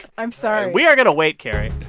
i'm sorry we are going to wait, carrie.